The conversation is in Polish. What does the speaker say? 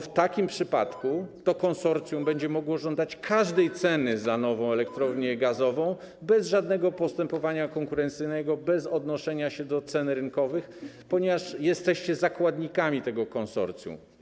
W takim przypadku to konsorcjum będzie mogło żądać każdej ceny za nową elektrownię gazową bez żadnego postępowania konkurencyjnego, bez odnoszenia się do cen rynkowych, ponieważ jesteście zakładnikami tego konsorcjum.